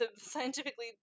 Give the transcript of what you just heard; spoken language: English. scientifically